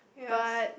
but